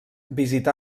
visità